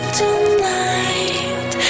tonight